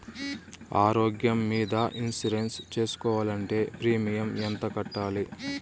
ఆరోగ్యం మీద ఇన్సూరెన్సు సేసుకోవాలంటే ప్రీమియం ఎంత కట్టాలి?